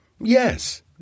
Yes